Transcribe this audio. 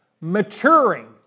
maturing